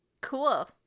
Cool